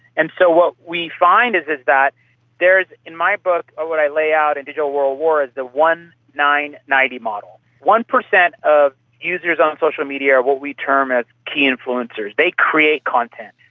and so what we find is is that there is, in my book or what i lay out in digital world war is the one nine ninety model. one percent of users on social media are what we term as key influences, they create content.